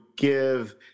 give